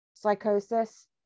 psychosis